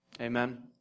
Amen